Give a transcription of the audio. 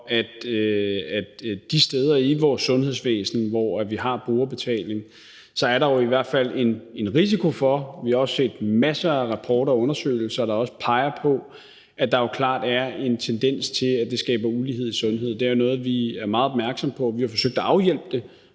der de steder i vores sundhedsvæsen, hvor vi har brugerbetaling, er en risiko for, at det skaber ulighed i sundhed, og vi har også set masser af rapporter og undersøgelser, der peger på, at der jo klart er en tendens til det. Det er noget, vi er meget opmærksomme på, og vi har forsøgt at afhjælpe det